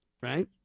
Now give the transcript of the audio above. Right